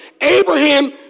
Abraham